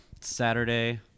Saturday